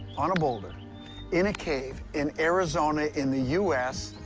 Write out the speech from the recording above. on a boulder in a cave in arizona in the u s.